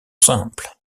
simples